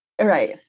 Right